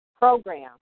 program